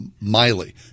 Miley